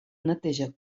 neteja